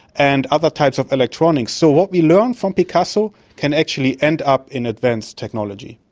and other types of electronics. so what we learn from picasso can actually end up in advanced technology.